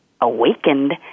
awakened